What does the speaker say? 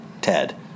Ted